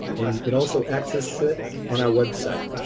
and you can also access it on our website.